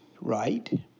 right